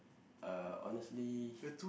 uh honestly